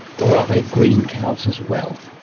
or are there green cows as well?